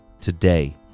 today